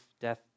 death